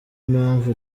mpamvu